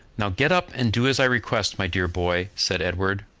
now get up, and do as i request, my dear boy, said edward,